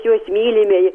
juos mylime